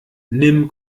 nimm